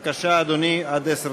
בבקשה, אדוני.